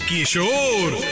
Kishore